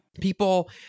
People